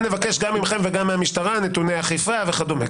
נבקש גם מכם וגם מהמשטרה נתוני אכיפה וכדומה.